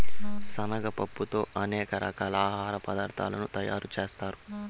శనగ పప్పుతో అనేక రకాల ఆహార పదార్థాలను తయారు చేత్తారు